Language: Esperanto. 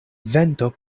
vento